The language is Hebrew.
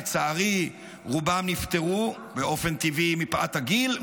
לצערי רובם נפטרו באופן טבעי מפאת הגיל,